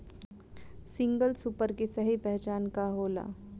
Single super के सही पहचान का होला?